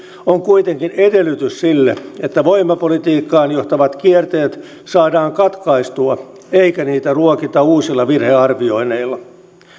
on kuitenkin edellytys sille että voimapolitiikkaan johtavat kierteet saadaan katkaistua eikä niitä ruokita uusilla virhearvioinneilla